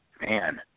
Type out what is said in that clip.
man